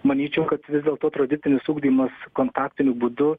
manyčiau kad vis dėlto tradicinis ugdymas kontaktiniu būdu